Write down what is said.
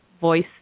voice